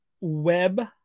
web